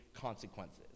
consequences